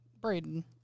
Braden